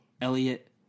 Elliot